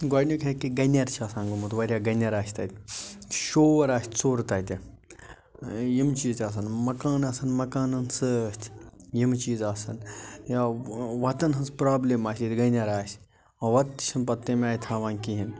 گۄڈنیُک ہیٚکہِ گَنٮ۪ر چھُ آسان گوٚمُت وارِیاہ گٮنٮ۪ر آسہِ تَتہِ شور آسہِ ژوٚر تَتہِ یِم چیٖز تہِ آسان مَکان آسان مَکانن سۭتۍ یِم چیٖز آسان یا وَتن ہٕنٛز پرٛابلِم آسہِ ییٚتہِ گَنٮ۪ر آسہِ وَتہٕ تہِ چھَنہٕ پتہٕ تَمہِ آیہِ تھاوان کِہیٖنٛۍ